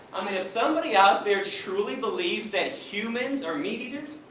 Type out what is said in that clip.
i mean if somebody out there truly believes that humans are meat eaters.